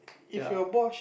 ya